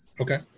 Okay